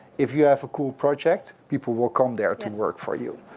if you have a cool project, people will come there to work for you.